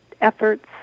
efforts